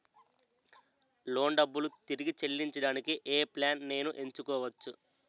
Loan డబ్బులు తిరిగి చెల్లించటానికి ఏ ప్లాన్ నేను ఎంచుకోవచ్చు?